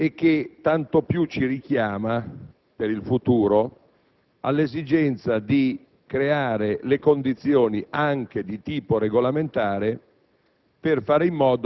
e che tanto più ci richiama, per il futuro, all'esigenza di creare le condizioni, anche di tipo regolamentare,